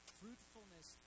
fruitfulness